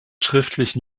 schriftlich